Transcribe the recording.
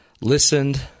Listened